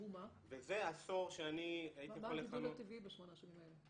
מה הגידול הטבעי בשמונה השנים האלה?